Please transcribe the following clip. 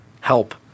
help